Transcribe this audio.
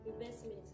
investment